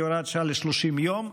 ל-30 יום.